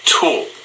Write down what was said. tool